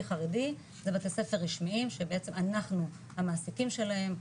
חרדי זה בתי ספר רשמיים שבעצם אנחנו המעסיקים שלהם,